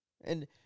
And-